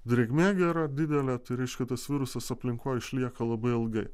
drėgmė gera didelė tai reiškia tas virusas aplinkoj išlieka labai ilgai